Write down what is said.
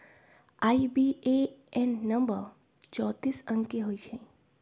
IBAN number चौतीस अंक के होइ छइ